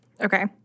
Okay